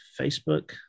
facebook